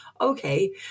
okay